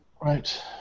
Right